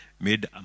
made